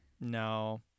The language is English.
no